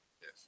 Yes